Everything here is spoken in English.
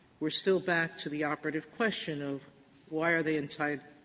we're still back to the operative question of why are they entitled?